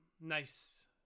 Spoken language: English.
nice